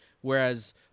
whereas